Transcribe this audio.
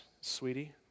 sweetie